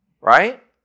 right